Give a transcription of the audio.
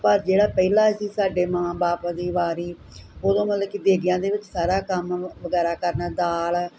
ਪਰ ਜਿਹੜਾ ਪਹਿਲਾਂ ਸੀ ਸਾਡੇ ਮਾਂ ਬਾਪ ਦੀ ਵਾਰੀ ਉਦੋਂ ਮਤਲਬ ਕਿ ਦੇਗਿਆਂ ਦੇ ਵਿੱਚ ਸਾਰਾ ਕੰਮ ਵਗੈਰਾ ਕਰਨਾ ਦਾਲ